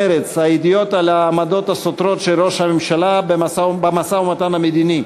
מרצ: הידיעות על העמדות הסותרות של ראש הממשלה במשא-ומתן המדיני.